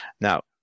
Now